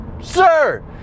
sir